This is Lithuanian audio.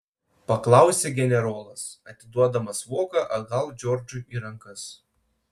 paklausė generolas atiduodamas voką atgal džordžui į rankas